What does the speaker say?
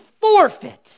forfeit